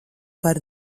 par